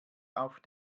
auf